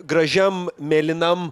gražiam mėlynam